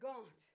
God